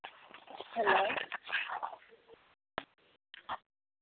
hello